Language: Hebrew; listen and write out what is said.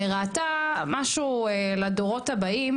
וראתה משהו לדורות הבאים,